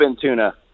tuna